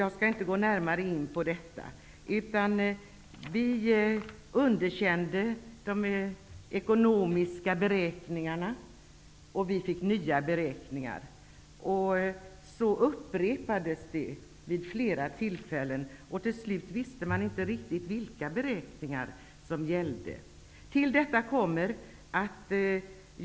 Jag går inte närmare in på det. Men vi underkände de ekonomiska beräkningarna och fick nya sådana. Så upprepades det vid flera tillfällen och till slut visste man inte vilka beräkningar som gällde.